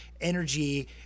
energy